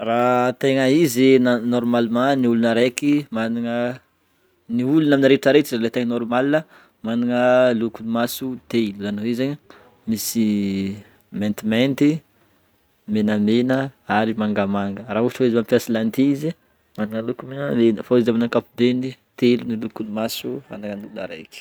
Raha tegna izy na normalement ny olona araiky magnana, ny olona am' retraretra izy le tegna normale a managna loko maso telo zany hoe zegny: misy maintimainty, menamena ary mangamanga raha ôhatra hoe izy mampiasa lentille izy magnana loko menamena fô izy amin'ny ankapobeny telo ny lokon'ny maso agnanan'ny olo araiky.